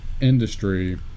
industry